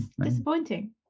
Disappointing